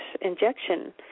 injection